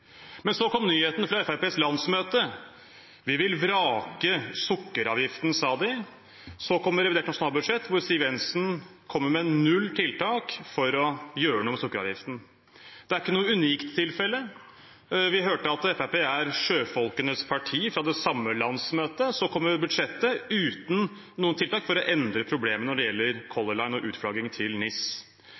Men så kom nyheten fra Fremskrittspartiets landsmøte: De ville vrake sukkeravgiften, sa de. Så kom revidert nasjonalbudsjett, hvor Siv Jensen kom med null tiltak for å gjøre noe med sukkeravgiften. Dette er ikke et unikt tilfelle. Vi hørte fra det samme landsmøtet at Fremskrittspartiet er sjøfolkenes parti. Så kom budsjettet – uten noen tiltak for å endre problemet når det gjelder Color Line og utflagging til NIS.